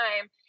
time